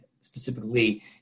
specifically